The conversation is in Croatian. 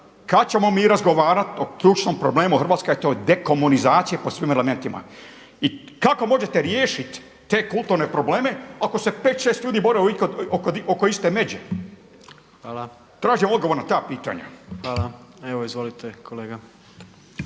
Kada ćemo mi razgovarati o ključnom problemu Hrvatske a to je dekomunizacija po svim elementima. I kako možete riješiti te kulturne probleme ako se 5,6 ljudi bori oko iste međe? Tražim odgovor na ta pitanja.